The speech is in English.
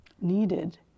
needed